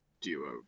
duo